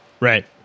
Right